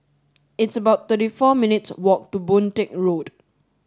it's about thirty four minutes' walk to Boon Teck Road